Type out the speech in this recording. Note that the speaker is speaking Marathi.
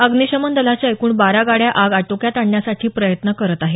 अग्निशमन दलाच्या एकूण बारा गाड्या आग आटोक्यात आणण्यासाठी प्रयत्न करत आहेत